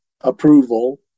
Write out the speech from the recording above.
approval